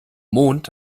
mond